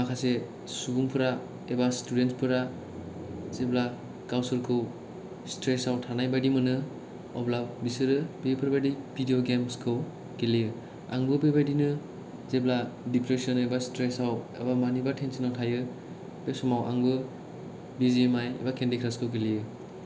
माखासे सुबुं फोरा एबा स्टुदेनफोरा जेब्ला गावसोरखौ सिथ्रेसआव थानाय बायदि मोनो अब्ला बिसोरो बैफोर बायदि भिदिअ गेमसखौ गेलेयो आंबो बेबायदिनो जेब्ला दिप्रेसन एबा सिथ्रेसआव एबा मानिबा थेनसनाव थायो बे समाव आंङो बि जि एम आइ एबा केन्दि क्रास खौ गेलेयो